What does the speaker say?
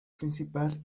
principal